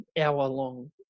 hour-long